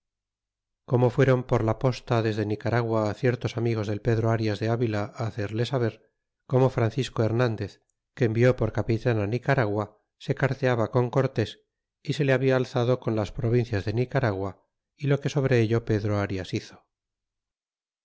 como fudron por la posta dende nicaragua ciertos amigos del pedro arias de avila hacelle saber como francisco tierna dez que envió por capitan nicaragua se carteaba con cortes y se le habla alzado con las provincias de nicaragua y lo que sobre ello pedro arias hizo